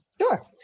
Sure